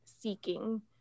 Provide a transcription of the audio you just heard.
seeking